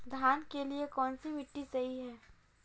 धान के लिए कौन सी मिट्टी सही है?